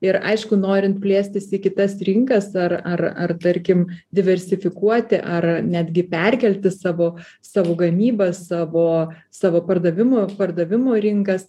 ir aišku norint plėstis į kitas rinkas ar ar ar tarkim diversifikuoti ar netgi perkelti savo savo gamybą savo savo pardavimų pardavimų rinkas